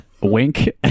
wink